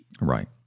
Right